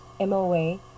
MOA